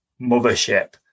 mothership